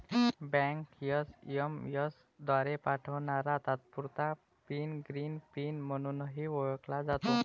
bank SMS द्वारे पाठवणारा तात्पुरता पिन ग्रीन पिन म्हणूनही ओळखला जातो